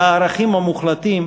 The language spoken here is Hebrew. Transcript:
לערכים המוחלטים,